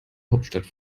hauptstadt